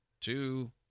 two